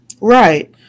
Right